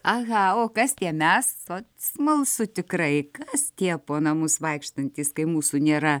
aha o kas tie mes ot smalsu tikrai kas tie po namus vaikštantys kai mūsų nėra